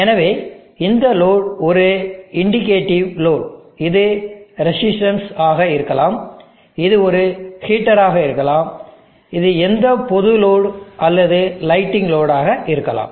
எனவே இந்த லோடு ஒரு இண்டிகேட்டிவ் லோடு இது ரெஸிஸ்ட்டென்ஸ் ஆக இருக்கலாம் இது ஒரு ஹீட்டராக இருக்கலாம் இது எந்த பொது லோடு அல்லது லைட்டிங் லோடு ஆக இருக்கலாம்